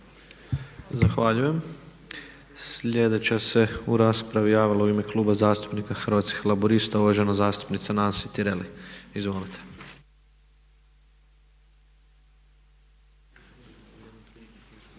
Zahvaljujem. Sljedeća se u raspravi javila u ime Kluba zastupnika Hrvatskih laburista uvažena zastupnica Nansi Tireli. Izvolite.